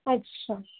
अच्छा